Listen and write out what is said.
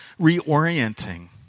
reorienting